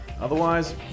Otherwise